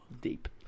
Deep